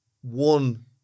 one